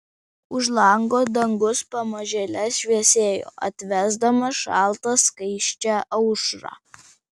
už lango dangus pamažėle šviesėjo atvesdamas šaltą skaisčią aušrą